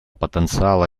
потенциала